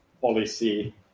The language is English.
policy